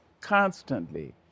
constantly